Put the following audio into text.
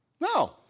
No